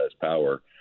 power